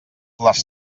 les